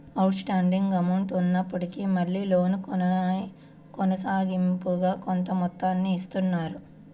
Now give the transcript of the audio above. out standing amount ఉన్నప్పటికీ మళ్ళీ loan కొనసాగింపుగా కొంత మొత్తాన్ని ఇత్తన్నారు